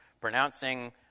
pronouncing